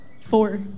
Four